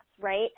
right